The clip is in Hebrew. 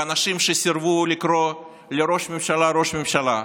ואנשים שסירבו לקרוא לראש ממשלה ראש ממשלה,